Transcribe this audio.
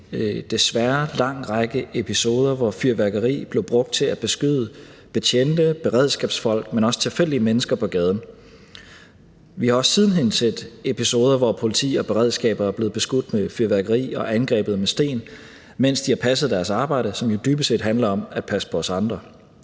desværre lang række episoder, hvor fyrværkeri blev brugt til at beskyde betjente, beredskabsfolk og også tilfældige mennesker på gaden. Vi har også siden hen set episoder, hvor politi og beredskab er blevet beskudt med fyrværkeri og angrebet med sten, mens de har passet deres arbejde, som jo dybest set handler om at passe på os andre.